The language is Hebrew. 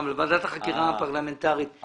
ועדת החקירה הפרלמנטרית.